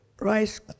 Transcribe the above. rice